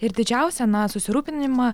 ir didžiausią na susirūpinimą